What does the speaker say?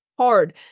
Hard